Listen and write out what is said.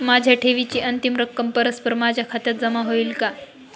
माझ्या ठेवीची अंतिम रक्कम परस्पर माझ्या खात्यात जमा होईल का?